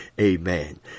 amen